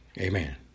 Amen